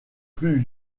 plus